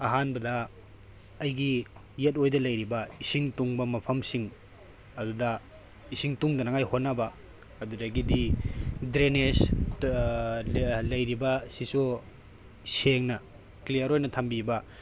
ꯑꯍꯥꯟꯕꯗ ꯑꯩꯒꯤ ꯌꯦꯠ ꯑꯣꯏꯗ ꯂꯩꯔꯤꯕ ꯏꯁꯤꯡ ꯇꯨꯡꯕ ꯃꯐꯝꯁꯤꯡ ꯑꯗꯨꯗ ꯏꯁꯤꯡ ꯇꯨꯡꯗꯅꯉꯥꯏ ꯍꯣꯠꯅꯕ ꯑꯗꯨꯗꯒꯤꯗꯤ ꯗ꯭ꯔꯦꯅꯦꯖ ꯂꯩꯔꯤꯕ ꯁꯤꯡꯁꯨ ꯁꯦꯡꯅ ꯀ꯭ꯂꯤꯌꯔ ꯑꯣꯏꯅ ꯊꯝꯕꯤꯕ